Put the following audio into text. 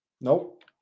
Nope